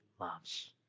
loves